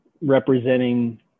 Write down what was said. representing